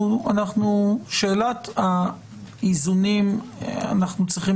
שאלת האיזונים, אנחנו צריכים